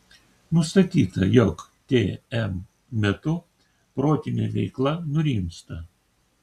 nustatyta jog tm metu protinė veikla nurimsta